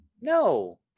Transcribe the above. No